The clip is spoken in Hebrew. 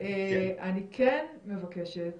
אבל אני כן מבקשת